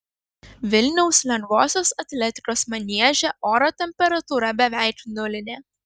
vilniaus lengvosios atletikos manieže oro temperatūra beveik nulinė